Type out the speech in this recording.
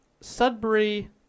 Sudbury